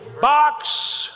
Box